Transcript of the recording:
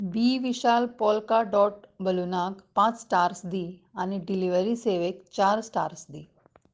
बी विशाल polka dot बलूनाक पांच स्टार्स दी आनी डिलिव्हरी सेवेक चार स्टार्स दी